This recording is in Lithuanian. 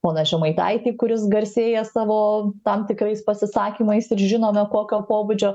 poną žemaitaitį kuris garsėja savo tam tikrais pasisakymais ir žinome kokio pobūdžio